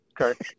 Okay